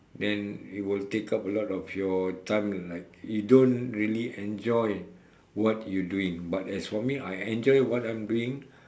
then it will take up a lot of your time like you don't really enjoy what you doing but as for me I enjoy what I'm doing